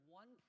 one